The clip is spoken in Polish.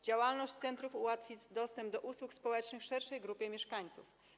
Działalność centrów ułatwi dostęp do usług społecznych szerszej grupie mieszkańców.